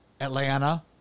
Atlanta